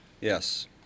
Yes